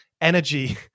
energy